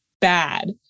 bad